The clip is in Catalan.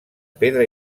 pedra